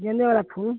गेन्दे वाला फूल